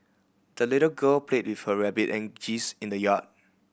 the little girl played with her rabbit and geese in the yard